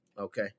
Okay